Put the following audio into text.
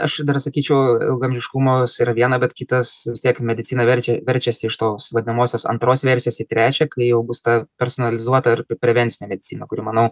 aš dar sakyčiau ilgaamžiškumas yra viena bet kitas vis tiek medicina verčia verčiasi iš tos vadinamosios antros versijos į trečią kai jau bus ta personalizuota ir prevencinė medicina kuri manau